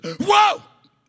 Whoa